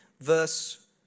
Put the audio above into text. Verse